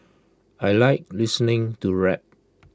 I Like listening to rap